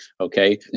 okay